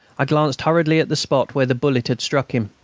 i glanced hurriedly at the spot where the bullet had struck him.